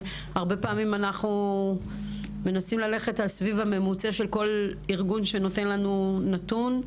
הרבה פעמים אנחנו מנסים ללכת סביב הממוצע של כל ארגון שנותן לנו נתון,